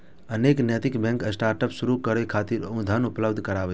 अनेक नैतिक bank startup शुरू करै खातिर धन उपलब्ध कराबै छै